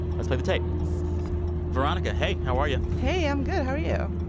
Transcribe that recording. let's play the tape veronica, hey. how are you? hey. i'm good. how are you?